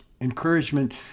Encouragement